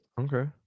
Okay